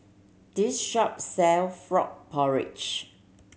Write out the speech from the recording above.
this shop sell frog porridge